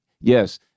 Yes